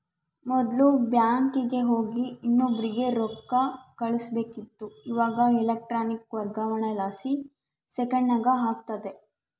ಮೊದ್ಲು ಬ್ಯಾಂಕಿಗೆ ಹೋಗಿ ಇನ್ನೊಬ್ರಿಗೆ ರೊಕ್ಕ ಕಳುಸ್ಬೇಕಿತ್ತು, ಇವಾಗ ಎಲೆಕ್ಟ್ರಾನಿಕ್ ವರ್ಗಾವಣೆಲಾಸಿ ಸೆಕೆಂಡ್ನಾಗ ಆಗ್ತತೆ